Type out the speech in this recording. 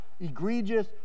egregious